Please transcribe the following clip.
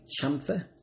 chamfer